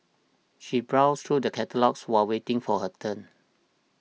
she browsed through the catalogues will waiting for her turn